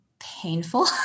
painful